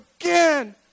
again